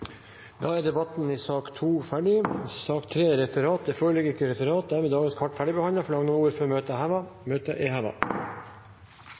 Sak nr. 2 er dermed ferdigbehandlet. Det foreligger ikke referat. Dermed er dagens kart ferdigbehandlet. Forlanger noen ordet før møtet